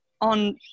on